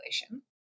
population